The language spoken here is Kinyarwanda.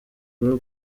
kuri